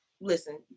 listen